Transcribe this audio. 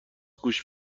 گوش